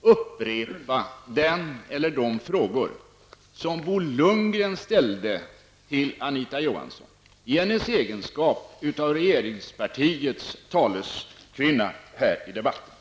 upprepa den, eller de, frågor som Bo Lundgren ställde till Anita Johansson i hennes egenskap av regeringspartiets taleskvinna här i debatten.